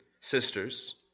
sisters